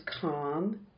calm